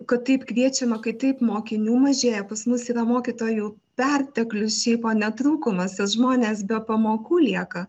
kad taip kviečiama kad taip mokinių mažėja pas mus yra mokytojų perteklius šiaip o ne trūkumas nes žmonės be pamokų lieka